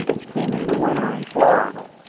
spending the winter in florida,